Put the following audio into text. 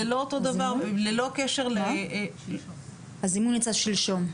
זה לא אותו דבר ללא קשר --- הזימון יצא שלשום.